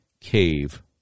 cave